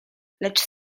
lecz